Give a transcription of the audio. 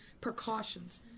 precautions